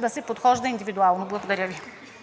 да се подхожда индивидуално. Благодаря Ви.